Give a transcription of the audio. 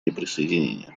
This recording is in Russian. неприсоединения